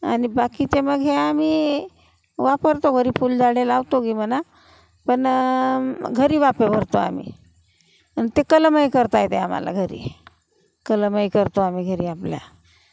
आणि बाकीचे मग हे आम्ही वापरतो घरी फुलझाडे लावतोगी म्हणा पण घरी वाफे भरतो आम्ही आणि ते कलमही करता येते आम्हाला घरी कलमही करतो आम्ही घरी आपल्या